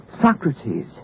Socrates